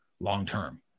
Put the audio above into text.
long-term